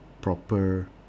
proper